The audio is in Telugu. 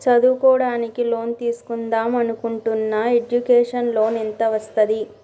చదువుకోవడానికి లోన్ తీస్కుందాం అనుకుంటున్నా ఎడ్యుకేషన్ లోన్ ఎంత వస్తది?